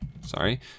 sorry